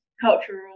cultural